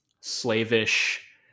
slavish